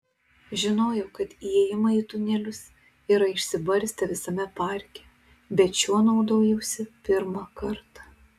žinojau kad įėjimai į tunelius yra išsibarstę visame parke bet šiuo naudojausi pirmą kartą